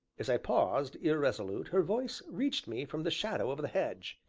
as i paused, irresolute, her voice reached me from the shadow of the hedge.